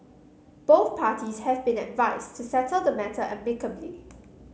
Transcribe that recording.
both parties have been advised to settle the matter amicably